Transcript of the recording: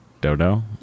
Dodo